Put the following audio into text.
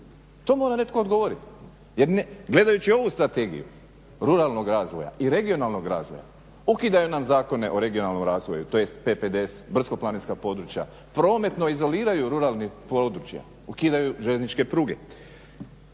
To mora netko odgovorit jer gledajući ovu strategiju ruralnog razvoja i regionalnog razvoja, ukidaju nam Zakone o regionalnom razvoju tj. PPDS, brdsko-planinska područja, prometno izoliraju ruralno područje, ukidaju željezničke pruge,